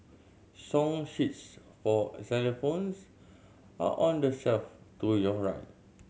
song sheets for xylophones are on the shelf to your right